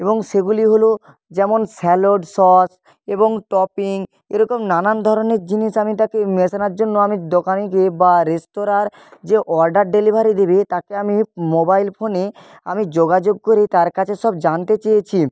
এবং সেগুলি হলো যেমন স্যালোড সস এবং টপিং এরকম নানান ধরনের জিনিস আমি তাকে মেশানোর জন্য আমি দোকানে গিয়ে বা রেস্তোরাঁর যে অর্ডার ডেলিভারি দেবে তাকে আমি মোবাইল ফোনে আমি যোগাযোগ করে তার কাছে সব জানতে চেয়েছি